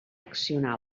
accionar